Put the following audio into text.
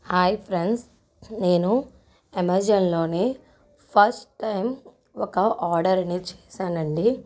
hi friends నేను అమెజాన్లోని first time ఒక ఆర్డర్ అనేది చేసానండి